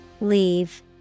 Leave